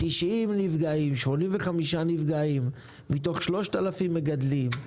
90-85 נפגעים מתוך 3,000 מגדלים.